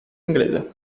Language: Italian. inglese